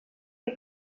que